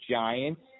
Giants